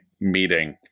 meeting